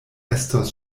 estos